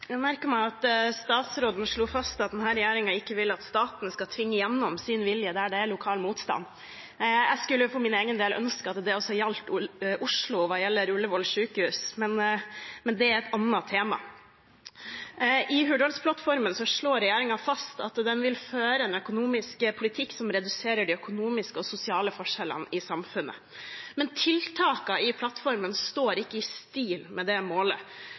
Jeg merket meg at statsråden slo fast at denne regjeringen ikke vil at staten skal tvinge gjennom sin vilje der det er lokal motstand. Jeg skulle for min egen del ønske at det også gjaldt for Oslo og Ullevål sykehus, men det er et annet tema. I Hurdalsplattformen slår regjeringen fast at den vil føre en økonomisk politikk som reduserer de økonomiske og sosiale forskjellene i samfunnet, men tiltakene i plattformen står ikke i stil med det målet.